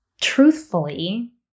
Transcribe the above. truthfully